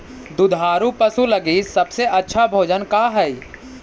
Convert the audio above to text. दुधार पशु लगीं सबसे अच्छा भोजन का हई?